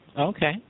Okay